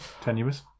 Tenuous